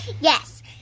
Yes